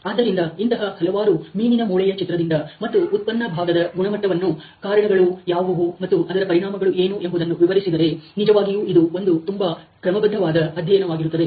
ಆದ್ದರಿಂದ ಇಂತಹ ಹಲವಾರು ಮೀನಿನ ಮೂಳೆಯ ಚಿತ್ರದಿಂದ ಪ್ರಕ್ರಿಯೆ ಮತ್ತು ಉತ್ಪನ್ನ ಭಾಗದ ಗುಣಮಟ್ಟವನ್ನು ಕಾರಣಗಳುcause's ಯಾವುವು ಮತ್ತು ಅದರ ಪರಿಣಾಮಗಳು ಏನು ಎಂಬುದನ್ನು ವಿವರಿಸಿದರೆ ನಿಜವಾಗಿಯೂ ಇದು ಒಂದು ತುಂಬಾ ಕ್ರಮಬದ್ಧವಾದ ಅಧ್ಯಯನವಾಗಿರುತ್ತದೆ